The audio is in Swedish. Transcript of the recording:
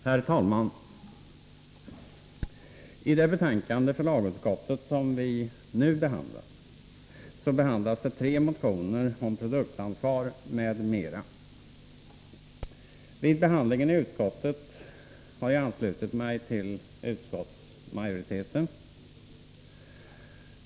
Herr talman! I det betänkande från lagutskottet som vi nu diskuterar behandlas tre motioner om produktansvar m.m. Vid behandlingen i utskottet har jag anslutit mig till utskottsmajoriteten.